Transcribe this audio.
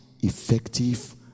effective